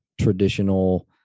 traditional